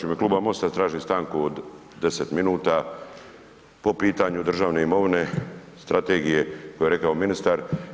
U ime Kluba MOST-a tražim stanku od 10 minuta po pitanju državne imovine, strategije koju je rekao ministar.